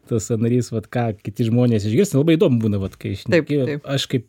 tas sąnarys vat ką kiti žmonės išgirsta labai įdomu būna vat kai šneki aš kaip